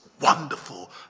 wonderful